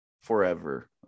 forever